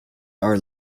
are